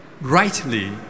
rightly